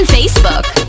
Facebook